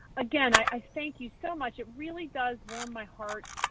again, i thank you so much. it really does warm my heart,